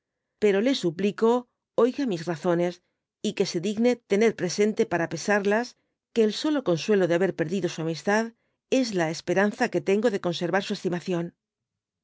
pero le suplico oiga m razones y que se digne tener presente para pesarlas que el solo consuelo de haber perdido su amistad es la esperanza que tengo de con servar su estimación